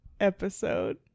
episode